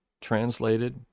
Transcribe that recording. translated